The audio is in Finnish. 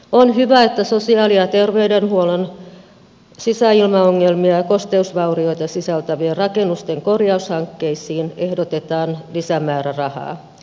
on hyvä että sosiaali ja terveydenhuollon sisäilmaongelmia ja kosteusvaurioita sisältävien rakennusten korjaushankkeisiin ehdotetaan lisämäärärahaa